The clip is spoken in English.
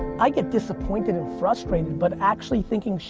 i get disappointed and frustrated, but actually thinking,